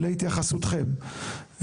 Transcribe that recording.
להתייחסותכם.